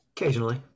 Occasionally